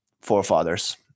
forefathers